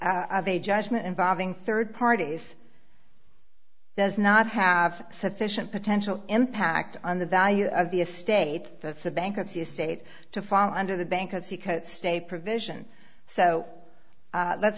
of a judgment involving third parties does not have sufficient potential impact on the value of the estate that's the bankruptcy estate to fall under the bankruptcy code state provision so let's